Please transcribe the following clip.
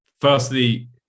Firstly